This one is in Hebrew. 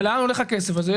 ולאן הולך הכסף הזה?